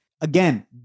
again